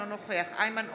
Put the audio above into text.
אינו נוכח איימן עודה,